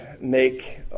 make